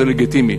זה לגיטימי.